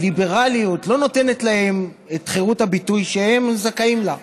הליברליות לא נותנת להם את חירות הביטוי שהם זכאים לה,